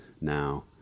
now